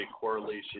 correlation